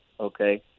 okay